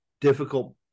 difficult